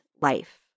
life